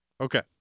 Okay